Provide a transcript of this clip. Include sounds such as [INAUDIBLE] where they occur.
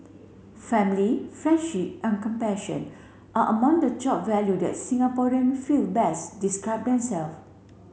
family friendship and compassion are among the top value that Singaporean feel best describe [UNINTELLIGIBLE]